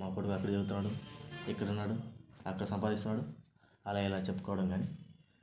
మా కొడుకు అక్కడే చదువుతున్నాడు ఇక్కడ ఉన్నాడు అక్కడ సంపాదిస్తున్నాడు అలా ఇలా చెప్పుకోవడం కానీ